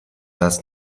raz